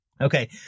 Okay